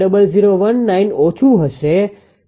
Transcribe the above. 0019 ઓછું હશે